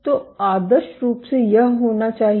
तो आदर्श रूप से यह होना चाहिए